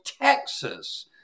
Texas